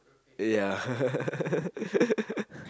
ya